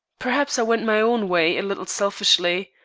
perhaps i went my own way a little selfishly,